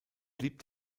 blieb